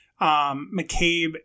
McCabe